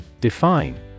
Define